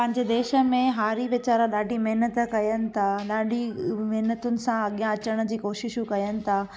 पंहिंजे देश में हारी वीचारा ॾाढी महिनतु कनि था ॾाढी महिनतुनि सां अॻियां अचण जी कोशिशूं कनि ता